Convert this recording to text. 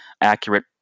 accurate